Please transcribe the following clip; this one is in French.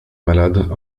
malade